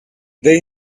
they